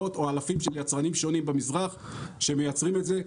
מאות או אלפים של יצרנים שונים במזרח שמייצרים את זה.